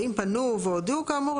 ואם פנו והודיעו כאמור,